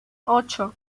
ocho